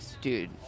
dude